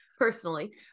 personally